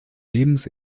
lebens